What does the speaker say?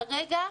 כרגע,